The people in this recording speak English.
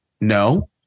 no